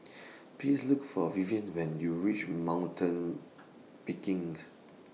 Please Look For Vivien when YOU REACH Mountain